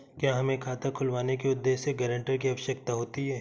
क्या हमें खाता खुलवाने के उद्देश्य से गैरेंटर की आवश्यकता होती है?